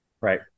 right